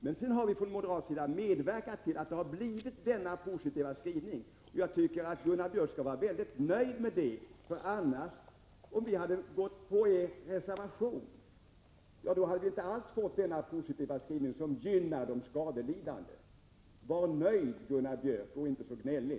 Men sedan har vi från moderat sida medverkat till denna positiva skrivning. Jag tycker att Gunnar Björk skall vara mycket nöjd med det. Om vi hade ställt oss bakom er reservation, hade vi inte alls fått till stånd denna positiva skrivning, som gynnar de skadelidande. Var nöjd, Gunnar Björk, och inte så gnällig!